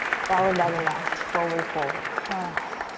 followed by the left. forward fold. ah